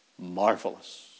Marvelous